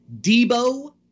Debo